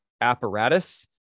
apparatus